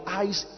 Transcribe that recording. eyes